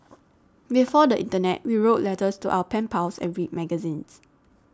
before the internet we wrote letters to our pen pals and read magazines